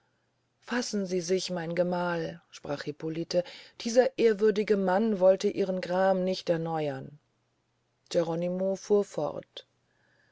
fassen sie sich mein gemahl sprach hippolite dieser ehrwürdige mann wolte ihren gram nicht erneuern geronimo fuhr fort